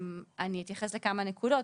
אני אתייחס לכמה נקודות.